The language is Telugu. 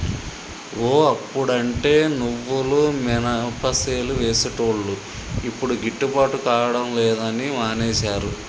ఓ అప్పుడంటే నువ్వులు మినపసేలు వేసేటోళ్లు యిప్పుడు గిట్టుబాటు కాడం లేదని మానేశారు